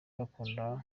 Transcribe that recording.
bakunda